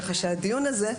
ככה שהדיון הזה,